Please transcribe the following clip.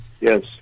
Yes